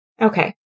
Okay